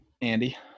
Andy